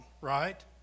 right